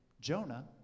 Jonah